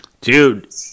dude